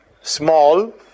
small